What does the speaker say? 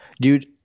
Dude